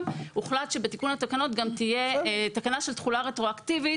הוחלט שבתיקון התקנות גם תהיה תקנה של תחולה רטרואקטיבית